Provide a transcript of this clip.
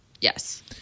Yes